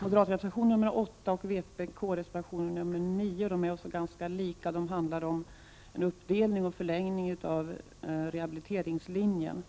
Moderatreservationen 8 och vpk-reservationen 9 är också ganska lika. De handlar om en uppdelning och förlängning av rehabiliteringslinjen.